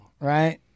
right